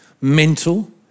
mental